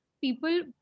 people